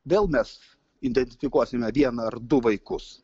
vėl mes identifikuosime vieną ar du vaikus